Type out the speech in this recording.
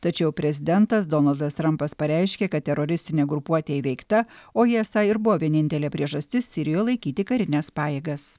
tačiau prezidentas donaldas trampas pareiškė kad teroristinė grupuotė įveikta o ji esą ir buvo vienintelė priežastis sirijoje laikyti karines pajėgas